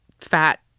fat